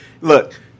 look